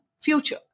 future